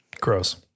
gross